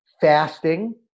fasting